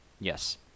Yes